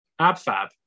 Abfab